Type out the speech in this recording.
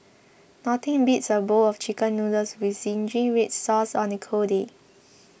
nothing beats a bowl of Chicken Noodles with Zingy Red Sauce on a cold day